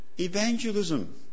Evangelism